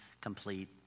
complete